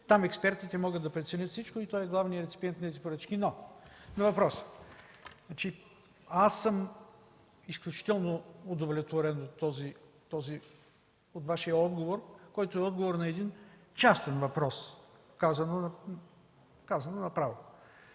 Там експертите могат да преценят всичко и той е главният реципиент на тези поръчки. На въпроса – аз съм изключително удовлетворен от Вашия отговор, който е отговор на един частен въпрос, казано направо.